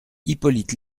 hippolyte